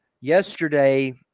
Yesterday